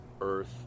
Earth